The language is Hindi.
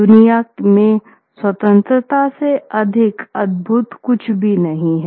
दुनिया में स्वतंत्रता से अधिक अद्भुत कुछ भी नहीं है